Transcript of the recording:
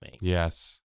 Yes